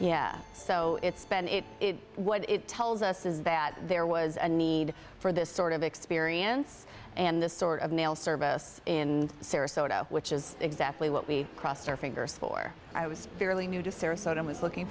yeah so it's bennett what it tells us is that there was a need for this sort of experience and this sort of nail service in sarasota which is exactly what we crossed our fingers for i was fairly new to sarasota i was looking